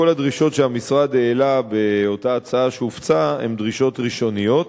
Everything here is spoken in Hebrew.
כל הדרישות שהמשרד העלה באותה הצעה שהופצה הן דרישות ראשוניות.